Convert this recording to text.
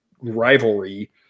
rivalry